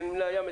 נמלי הים,